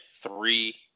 three